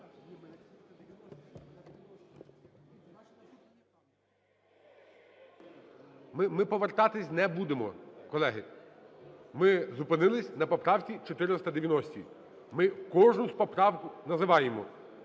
Ми повертатись не будемо, колеги. Ми зупинились на поправці 490-й. Ми кожну поправку називаємо.